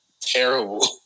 terrible